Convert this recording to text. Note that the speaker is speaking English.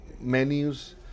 menus